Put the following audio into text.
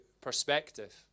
perspective